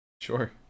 sure